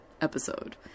episode